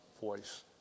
voice